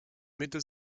mitte